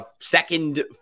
second